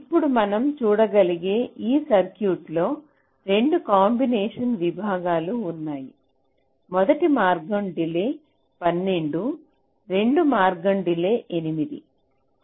ఇప్పుడు మనం చూడగలిగే ఈ సర్క్యూట్లో 2 కాంబినేషన్ విభాగాలు ఉన్నాయి మొదటి మార్గం డిలే 12 రెండవ మార్గం డిలే 8